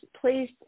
please